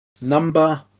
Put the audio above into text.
number